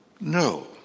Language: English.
No